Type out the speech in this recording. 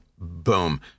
boom